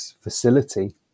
facility